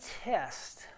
test